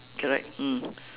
correct mm